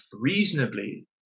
reasonably